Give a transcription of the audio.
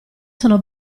sono